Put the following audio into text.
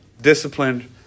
disciplined